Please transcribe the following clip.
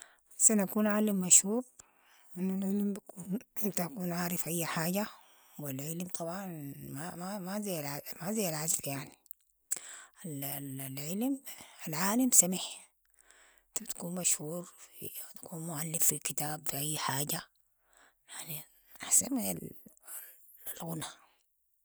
احسن اكون عالم مشهور، ،- اكون عارف أي حاجة و العلم طبعا ما زي ما زي العزف يعني، العلم، العالم سمح، انت بتكون مشهور، تكون معلم في كتاب، في أي حاجة، يعني أحسن من ال- الغنى.